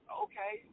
okay